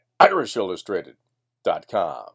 irishillustrated.com